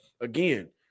again